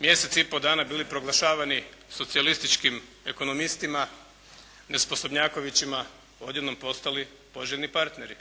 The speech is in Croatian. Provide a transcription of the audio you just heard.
mjesec i po dana bili proglašavani socijalističkim ekonomistima, nesposobnjakovićima, odjednom postali poželjni partneri.